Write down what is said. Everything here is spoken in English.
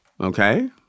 okay